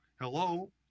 Hello